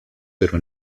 pero